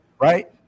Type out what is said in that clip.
Right